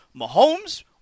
Mahomes